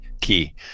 key